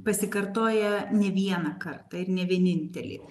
pasikartoja ne vieną kartą ir ne vienintelį